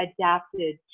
adapted